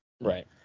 Right